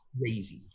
crazy